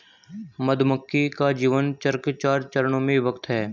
मधुमक्खी का जीवन चक्र चार चरणों में विभक्त है